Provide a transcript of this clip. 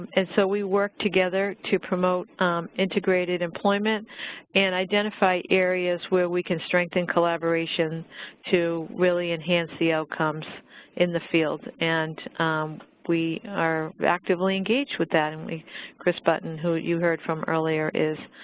and so we work together to promote integrated employment and identify areas where we can strengthen collaboration to really enhance the outcomes in the field, and we are actively engaged with that. and chris button, who you heard from earlier, is